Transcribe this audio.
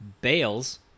Bales